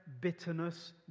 bitterness